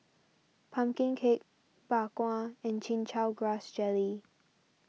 Pumpkin Cake Bak Kwa and Chin Chow Grass Jelly